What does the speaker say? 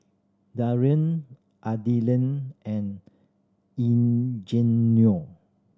Darien Adilene and Eugenio